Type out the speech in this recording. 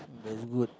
very good